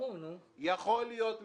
יכול מאוד להיות,